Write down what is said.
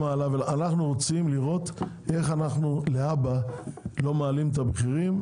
אנחנו רוצים לראות איך אנחנו להבא לא מעלים את המחירים,